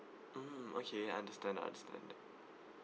mm okay understand understand that